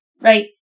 right